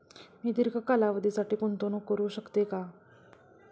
मी दीर्घ कालावधीसाठी गुंतवणूक करू शकते का?